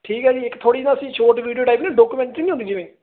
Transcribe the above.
ਠੀਕ ਹੈ ਜੀ ਇੱਕ ਥੋੜ੍ਹੀ ਨਾ ਅਸੀਂ ਸ਼ੋਟ ਵੀਡੀਓ ਟਾਈਪ ਨਹੀਂ ਡਾਕੂਮੈਨਟਰੀ ਨਹੀਂ ਹੁੰਦੀ ਜਿਵੇਂ